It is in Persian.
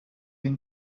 این